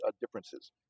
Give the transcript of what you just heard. differences